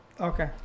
Okay